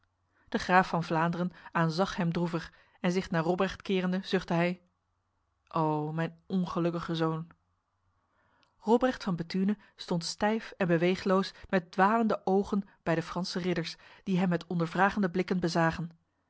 de graaf van vlaanderen aanzag hem droevig en zich naar robrecht kerende zuchtte hij o mijn ongelukkige zoon robrecht van bethune stond stijf en beweegloos met dwalende ogen bij de franse ridders die hem met ondervragende blikken bezagen